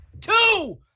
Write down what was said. two